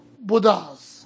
Buddhas